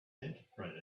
interpret